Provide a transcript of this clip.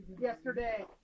yesterday